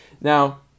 Now